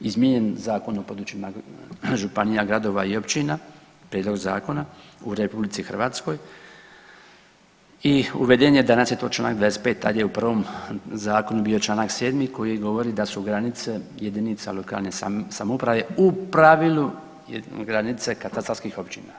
izmijenjen Zakon o područjima županija, gradova i općina, prijedlog zakona u RH i uveden je, danas je to čl. 25., tad je u prvom zakonu bio čl. 7. koji govori da su granice JLS u pravilu granice katastarskih općina.